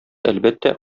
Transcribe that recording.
әлбәттә